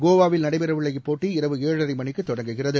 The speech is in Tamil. கோவாவில் நடைபெறவுள்ள இப்போட்டி இரவு ஏழரைமணிக்குதொடங்குகிறது